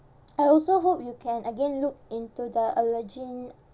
I also hope you can again look into the allergen